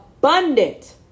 Abundant